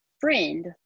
friend